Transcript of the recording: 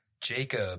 Jacob